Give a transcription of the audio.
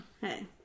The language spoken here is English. hey